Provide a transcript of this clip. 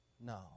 No